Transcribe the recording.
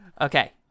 okay